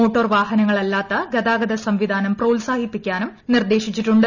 motor വാഹനങ്ങളല്ലാത്ത ഗതാഗത സംവിധാനം പ്രോത്സാഹിപ്പിക്കാനും നിർദ്ദേശിച്ചിട്ടുണ്ട്